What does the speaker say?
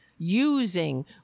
using